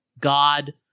God